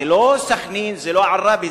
זה לא סח'נין, זה לא עראבה.